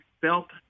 felt